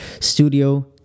studio